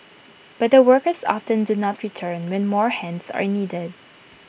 but the workers often do not return when more hands are needed